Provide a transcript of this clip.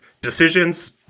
decisions